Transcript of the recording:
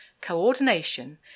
coordination